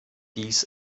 dies